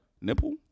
Nipple